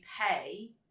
pay